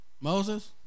Moses